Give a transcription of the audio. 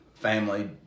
family